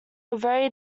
very